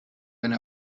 eine